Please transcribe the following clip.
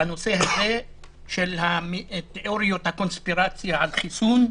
בנושא הזה תיאוריות הקונספירציה על החיסון.